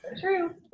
True